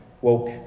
woke